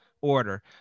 order